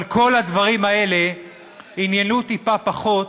אבל כל הדברים האלה ענייננו טיפה פחות